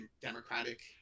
Democratic